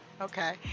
okay